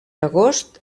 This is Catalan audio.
agost